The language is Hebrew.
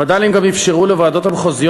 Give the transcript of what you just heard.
הווד"לים גם אפשרו לוועדות המחוזיות